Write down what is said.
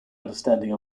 understanding